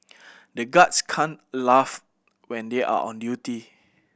the guards can't laugh when they are on duty